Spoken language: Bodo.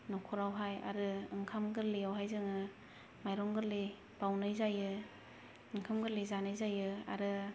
नखरावहाय आरो ओंखाम गोरलैआवहाय जोंङो माइरं गोरलै बावनाय जायो ओंखाम गोरलै जानाय जायो आरो